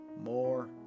more